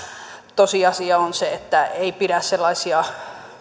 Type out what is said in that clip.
tosiasia on se että ei pidä hyväksyä sellaisia